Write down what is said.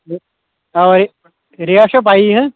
اوٕے رٮ۪ٹ چِھو پَیٖی ہہٕ